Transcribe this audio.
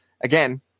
Again